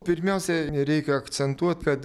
pirmiausia nereikia akcentuot kad